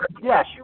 Yes